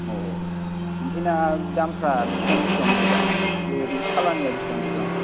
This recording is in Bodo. अ आमफाय ना दामफ्रा बिसिबां बिसिबां बेबा बे ओरैनो सालाननिया बिसिबां बिसिबां